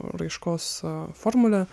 raiškos formulė